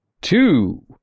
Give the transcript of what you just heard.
two